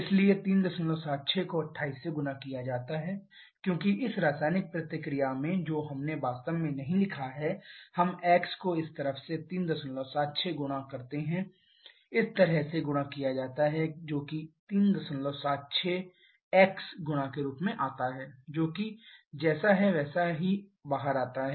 इसलिए 376 को 28 से गुणा किया जाता है क्योंकि इस रासायनिक प्रतिक्रिया में जो हमने वास्तव में नहीं लिखा है हम एक्स को इस तरफ से 376 गुणा करते हैं इस तरह से गुणा किया जाता है जो कि 376x गुणा के रूप में आता है जो कि जैसा है वैसा ही बाहर आता है